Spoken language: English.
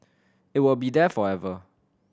it will be there forever